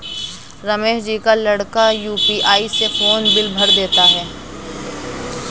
रमेश जी का लड़का यू.पी.आई से फोन बिल भर देता है